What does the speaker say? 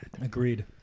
Agreed